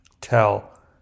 tell